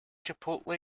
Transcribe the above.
chipotle